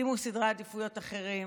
שימו סדרי עדיפויות אחרים,